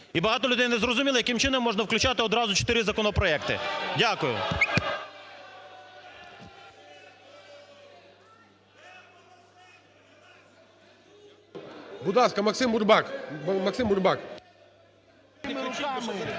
і багато людей не зрозуміло, яким чином можна включати одразу чотири законопроекти. Дякую. ГОЛОВУЮЧИЙ. Будь ласка, Максим Бурбак.